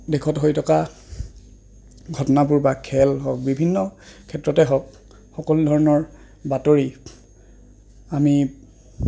দেশত হৈ থকা ঘটনাবোৰ বা খেল হওক বিভিন্ন ক্ষেত্ৰতে হওক সকলো ধৰণৰ বাতৰি আমি